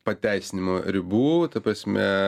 pateisinimo ribų ta prasme